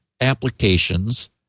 applications